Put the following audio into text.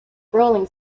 rolling